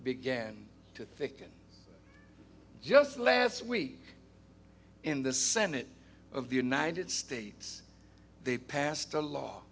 began to thicken just last week in the senate of the united states they passed a law